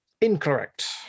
Incorrect